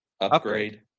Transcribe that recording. Upgrade